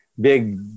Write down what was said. big